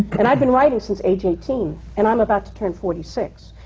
and i've been writing since age eighteen, and i'm about to turn forty-six.